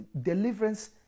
deliverance